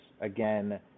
again